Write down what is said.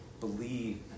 Believe